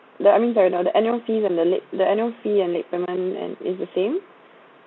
the I mean that is the the annual fees and the late the annual fee and late payment and is the same